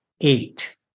eight